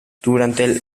durante